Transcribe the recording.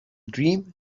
dream